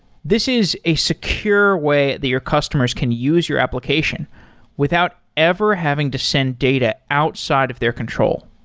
this is a secure way the your customers can use your application without ever having to send data outside of their control.